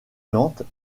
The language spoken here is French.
nantes